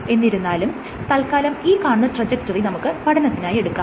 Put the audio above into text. എന്നിരുന്നാലും തത്ക്കാലം ഈ കാണുന്ന ട്രജക്ടറി നമുക്ക് പഠനത്തിനായി എടുക്കാം